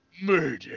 murder